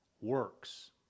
works